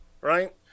right